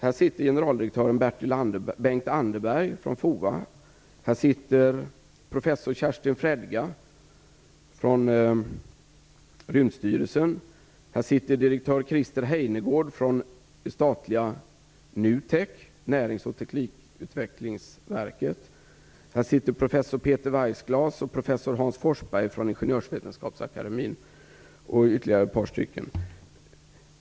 Här sitter generaldirektör Bengt Anderberg från FOA, professor Kerstin Fredga från Rymdstyrelsen, direktör Weissglass, professor Hans Forsberg från Ingenjörsvetenskapsakademien och ytterligare ett par stycken.